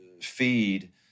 feed